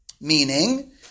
meaning